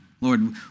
Lord